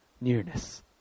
nearness